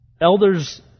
Elders